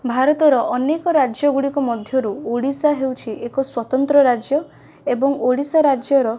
ଭାରତର ଅନେକ ରାଜ୍ୟଗୁଡ଼ିକ ମଧ୍ୟରୁ ଓଡ଼ିଶା ହେଉଛି ଏକ ସ୍ୱତନ୍ତ୍ର ରାଜ୍ୟ ଏବଂ ଓଡ଼ିଶା ରାଜ୍ୟର